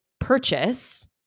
purchase